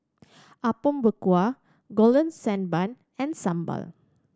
Apom Berkuah Golden Sand Bun and sambal